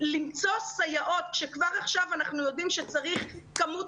למצוא סייעות כשכבר עכשיו אנחנו יודעים שצריך כמות